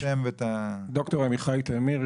ד"ר עמיחי תמיר,